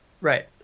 Right